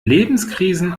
lebenskrisen